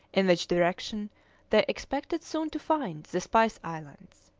in which direction they expected soon to find the spice islands.